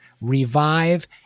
Revive